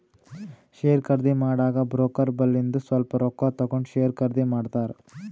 share ಖರ್ದಿ ಮಾಡಾಗ broker ಬಲ್ಲಿಂದು ಸ್ವಲ್ಪ ರೊಕ್ಕಾ ತಗೊಂಡ್ ಶೇರ್ ಖರ್ದಿ ಮಾಡ್ತಾರ್